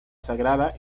sagrada